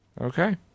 Okay